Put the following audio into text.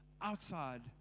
outside